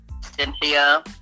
Cynthia